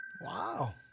Wow